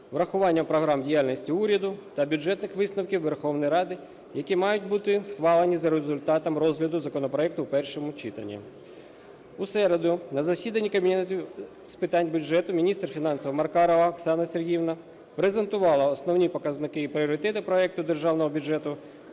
врахування програм діяльності уряду та бюджетних висновків Верховної Ради, які висновки Верховної Ради, які мають бути схвалені за результатом розгляду законопроекту в першому читанні. У середу на засіданні Комітету з питань бюджету міністр фінансів Маркарова Оксана Сергіївна презентувала основні показники і пріоритети проекту Державного бюджету